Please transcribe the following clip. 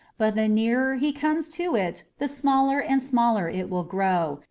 but the nearer he comes to it the smaller and smaller it will grow,